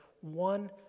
One